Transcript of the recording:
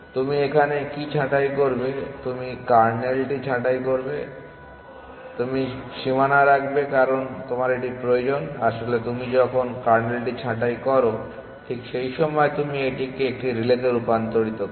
তুমি এখানে কি ছাঁটাই করবে তুমি কার্নেলটি ছাঁটাই করবে আপনি সীমানা রাখবে কারণ তোমার এটি প্রয়োজন আসলে তুমি যখন কার্নেলটি ছাঁটাই করো ঠিক সেই সময়ে তুমি এটিকে একটি রিলেতে রূপান্তর করো